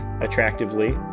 attractively